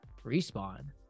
respawn